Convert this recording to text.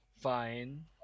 fine